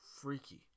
freaky